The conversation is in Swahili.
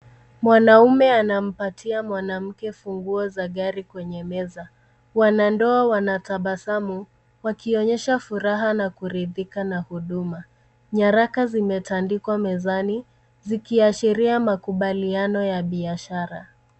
Mwanaume anampatia mwanamke funguo za gari kwenye meza. Wanandoa wanatabasamu, wakionyesha furaha na kuridhika na huduma. Nyaraka zimetandikwa mezani, zikiashiria makubaliano ya kibiashara.